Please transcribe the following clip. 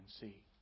see